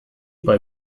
bei